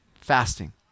Fasting